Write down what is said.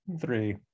three